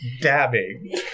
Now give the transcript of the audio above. dabbing